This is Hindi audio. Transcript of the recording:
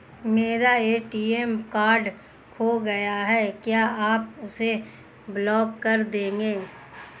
मेरा ए.टी.एम कार्ड खो गया है क्या आप उसे ब्लॉक कर देंगे?